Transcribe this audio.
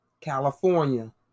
California